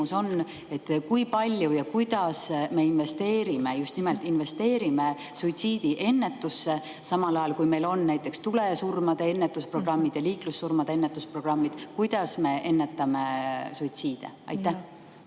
on: kui palju ja kuidas me investeerime – just nimelt investeerime – suitsiidiennetusse, samal ajal kui meil on näiteks tulesurmade ennetamise programmid ja liiklussurmade ennetamise programmid? Kuidas me ennetame suitsiide? Aitäh